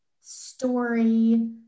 story